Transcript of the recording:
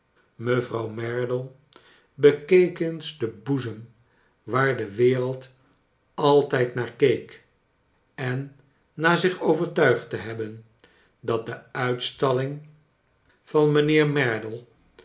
mevrouw merdle bekeek eens den boezem waar de wereld altijd naar keek en na zich overtuigd te hebben dat de uitstalling van niijnheer merdle